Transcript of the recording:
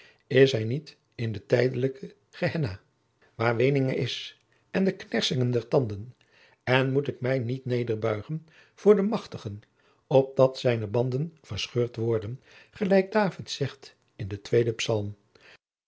is hij niet in de tijdelijke gehenna waar weeninge is ende knersingen der tanden en moet ik mij niet nederbuigen voor den machtigen opdat zijne banden verscheurd worden gelijk david zegt in den